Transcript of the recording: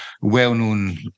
well-known